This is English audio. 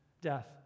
death